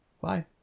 Bye